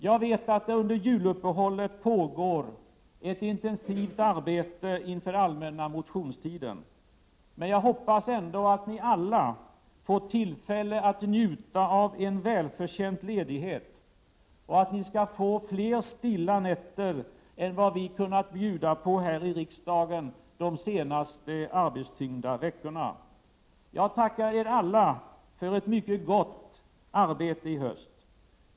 Jag vet att det under juluppehållet pågår ett intensivt arbete inför allmänna motionstiden, men jag hoppas ändå att ni alla får tillfälle att njuta av en välförtjänt ledighet och att ni skall få fler stilla nätter än vad vi kunnat bjuda på här i riksdagen de senaste arbetstyngda veckorna. Jag tackar er alla för ett mycket gott arbete i höst.